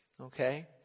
okay